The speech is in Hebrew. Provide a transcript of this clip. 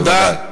תודה.